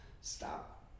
Stop